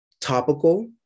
Topical